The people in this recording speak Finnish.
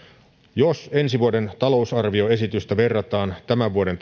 jos ensi vuoden talousarvioesitystä verrataan tämän vuoden